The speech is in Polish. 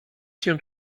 się